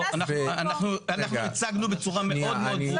לא, אנחנו הצגנו בצורה מאוד מאוד ברורה.